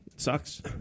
Sucks